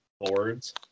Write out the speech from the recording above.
boards